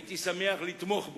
הייתי שמח לתמוך בו.